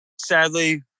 sadly